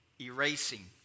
Erasing